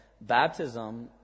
baptism